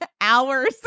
hours